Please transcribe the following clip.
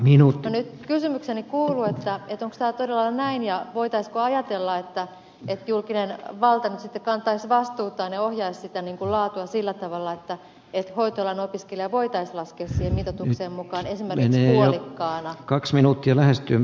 kysymykseni kuuluu onko tämä todella näin ja voitaisiinko ajatella että julkinen valta nyt sitten kantaisi vastuutaan ja ohjaisi sitä laatua sillä tavalla että hoitoalan opiskelija voitaisiin laskea siihen mitoitukseen mukaan esimerkiksi puolikkaana